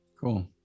Cool